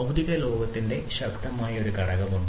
ഭൌതിക ലോകത്തിന്റെ ശക്തമായ ഒരു ഘടകമുണ്ട്